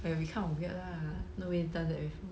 but it'll be kind of weird lah nobody does that before